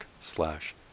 slash